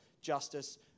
justice